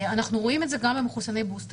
בחלק מהמדינות אנחנו רואים את זה גם במחוסני בוסטר.